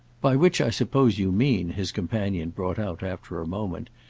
by which i suppose you mean, his companion brought out after a moment,